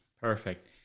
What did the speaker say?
Perfect